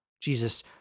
Jesus